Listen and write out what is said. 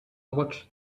watched